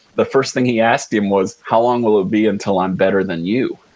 the first thing he asked him was, how long will it be until i'm better than you?